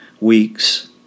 weeks